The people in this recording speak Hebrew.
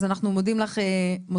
אז אנחנו מודים לך מאוד.